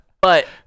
But-